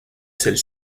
celle